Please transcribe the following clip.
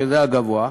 שזה הגבוה,